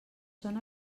són